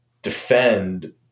defend